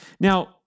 Now